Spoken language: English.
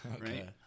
right